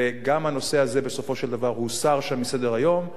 וגם הנושא הזה בסופו של דבר הוסר שם מסדר-היום.